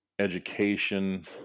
education